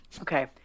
Okay